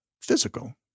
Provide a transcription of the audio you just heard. physical